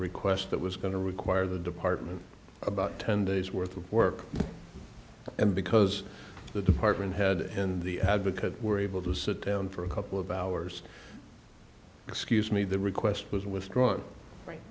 request that was going to require the department about ten days worth of work and because the department head in the ad because we're able to sit down for a couple of hours excuse me the request was withdrawn right